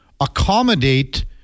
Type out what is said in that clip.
accommodate